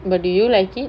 but do you like it